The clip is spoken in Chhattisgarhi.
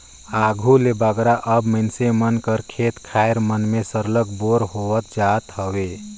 आघु ले बगरा अब मइनसे मन कर खेत खाएर मन में सरलग बोर होवत जात हवे